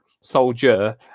soldier